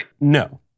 No